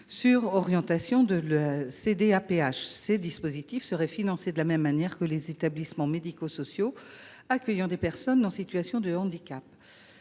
personnes handicapées (CDAPH). Ces dispositifs seraient financés de la même manière que les établissements médico sociaux accueillant des personnes en situation de handicap.